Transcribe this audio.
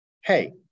hey